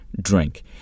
drink